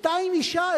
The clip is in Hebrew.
שתיים אשה,